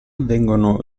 vengono